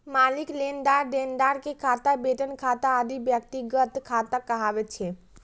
मालिक, लेनदार, देनदार के खाता, वेतन खाता आदि व्यक्तिगत खाता कहाबै छै